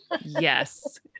yes